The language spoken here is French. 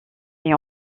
est